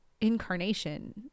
incarnation